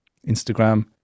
Instagram